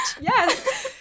Yes